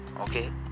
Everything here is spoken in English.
Okay